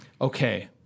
Okay